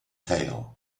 tail